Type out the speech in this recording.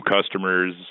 customers